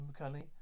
McCully